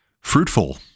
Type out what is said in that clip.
fruitful